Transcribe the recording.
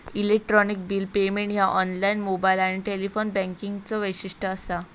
electronic bill payment ह्या online, mobile आणि telephone बँकिंगचो वैशिष्ट्य असा